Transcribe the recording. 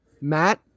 Matt